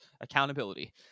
accountability